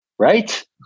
Right